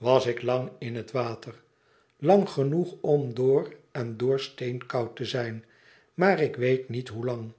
was ik lang in het water lang genoeg om door en door steenkoud te zijn maar ik weet niet hoelang